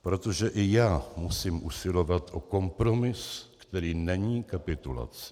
Protože i já musím usilovat o kompromis, který není kapitulací.